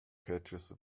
catches